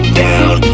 down